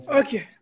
okay